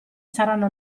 saranno